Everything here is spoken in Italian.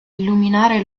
illuminare